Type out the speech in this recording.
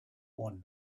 one